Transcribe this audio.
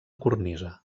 cornisa